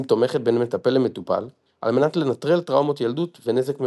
תומכת בין מטפל למטופל ע"מ לנטרל טראומות ילדות ונזק מהורים.